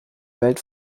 welt